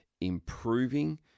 improving